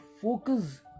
focus